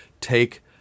take